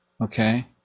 Okay